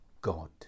God